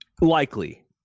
likely